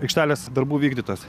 aikštelės darbų vykdytojas